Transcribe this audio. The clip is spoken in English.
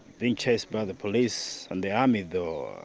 being chased by the police and army though.